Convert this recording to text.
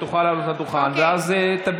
היא תוכל לעלות לדוכן,